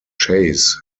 chase